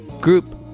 group